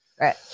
Right